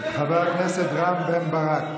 חבר הכנסת רם בן ברק.